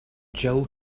jill